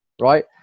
right